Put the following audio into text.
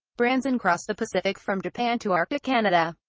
branson crossed the pacific from japan to arctic canada,